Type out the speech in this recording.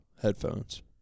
headphones